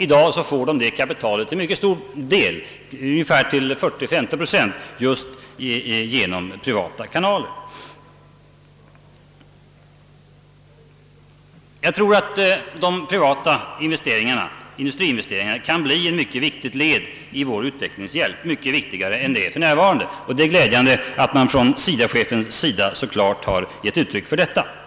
I dag är detta kapital till mycket stor del — ungefär till 40—50 procent — privat kapital. Jag tror att de privata industri investeringarna kan bli ett mycket viktigt led i vår utvecklingshjälp, mycket viktigare än de för närvarande är. Det är därför glädjande att SIDA-chefen så klart gett uttryck för den uppfattningen.